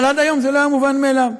אבל עד היום זה לא היה מובן מאליו,